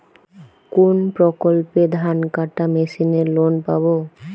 কোন প্রকল্পে ধানকাটা মেশিনের লোন পাব?